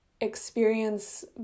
experience